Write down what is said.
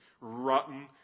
rotten